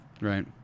Right